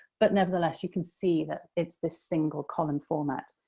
but nevertheless you can see that it's this single-column format.